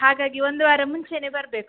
ಹಾಗಾಗಿ ಒಂದು ವಾರ ಮುಂಚೆನೇ ಬರಬೇಕು